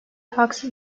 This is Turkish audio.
haksız